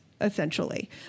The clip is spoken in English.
essentially